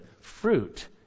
fruit